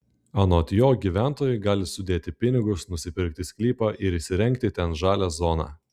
anot jo gyventojai gali sudėti pinigus nusipirkti sklypą ir įsirengti ten žalią zoną